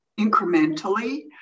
incrementally